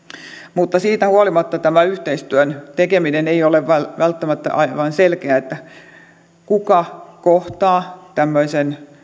mutta siitä huolimatta tämä yhteistyön tekeminen ei ole välttämättä aivan selkeää kuka kohtaa tämmöisen